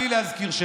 בלי להזכיר שמות.